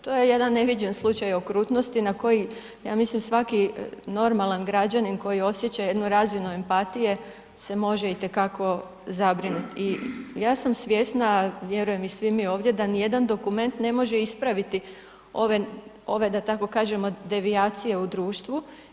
To je jedan neviđen slučaj okrutnosti na koji ja mislim svaki normalan građanin koji osjeća jednu razinu empatije se može itekako zabrinuti i ja sam svjesna, vjerujem i svi mi ovdje da nijedan dokument ne može ispraviti ove, da tako kažem, devijacije u društvu.